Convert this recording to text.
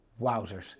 wowzers